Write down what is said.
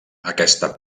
aquesta